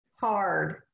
hard